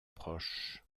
proches